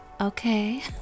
okay